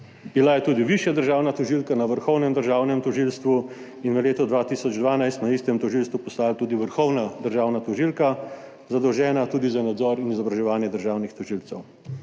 bila je tudi višja državna tožilka na Vrhovnem državnem tožilstvu in v letu 2012 na istem tožilstvu postala tudi vrhovna državna tožilka, zadolžena tudi za nadzor in izobraževanje državnih tožilcev.